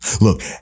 Look